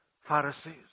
Pharisees